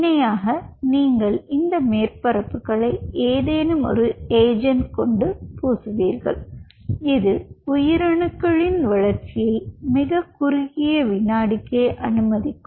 இணையாக நீங்கள் இந்த மேற்பரப்புகளை ஏதேனும் ஒரு ஏஜெண்ட்ஸ் கொண்டு பூசுவீர்கள் இது உயிரணுக்களின் வளர்ச்சியை மிக குறுகிய விநாடிக்கே அனுமதிக்கும்